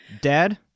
dad